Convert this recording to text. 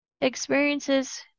experiences